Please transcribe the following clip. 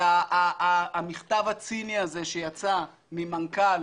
והמכתב הציני הזה שיצא ממנכ"ל